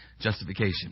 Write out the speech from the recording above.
justification